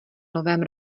novém